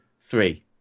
three